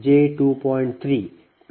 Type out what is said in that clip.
u ಗೆ ಸಮನಾಗಿರುತ್ತದೆ